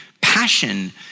passion